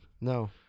No